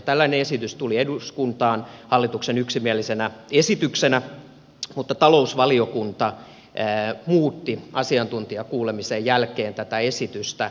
tällainen esitys tuli eduskuntaan hallituksen yksimielisenä esityksenä mutta talousvaliokunta muutti asiantuntijakuulemisen jälkeen tätä esitystä